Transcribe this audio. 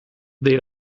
they